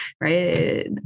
right